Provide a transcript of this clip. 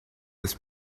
this